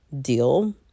deal